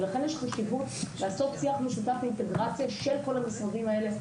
ולכן יש חשיבות לעשות שיח משותף ואינטגרציה של כל המשרדים האלה.